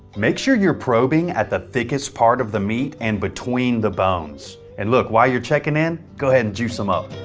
make sure your probing at the thickest part of the meat and between the bones, and look while your checking in, go ahead and juice them up.